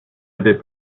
avais